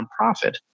nonprofit